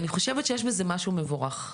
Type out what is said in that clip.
אני חושבת שיש בזה משהו מבורך.